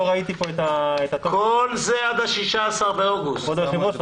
כבוד היושב-ראש,